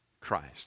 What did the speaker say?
Christ